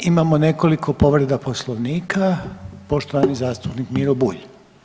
Imamo nekoliko povreda Poslovnika, poštovani zastupnik Miro Bulj.